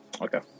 Okay